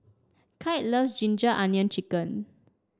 Clide loves ginger onion chicken